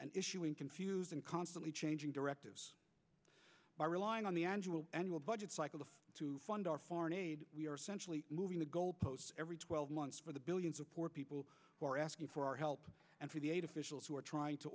and issuing confusing constantly changing directives by relying on the annual annual budget cycle to fund our foreign aid we are centrally moving the goal posts every twelve months for the billions of poor people who are asking for our help and for the aid officials who are trying to